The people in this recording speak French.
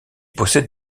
possède